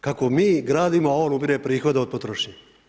Kako mi gradimo a onu ubire prihode od potrošnje.